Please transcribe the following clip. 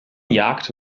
jagd